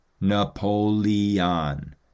Napoleon